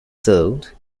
served